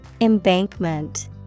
Embankment